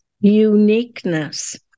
uniqueness